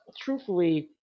Truthfully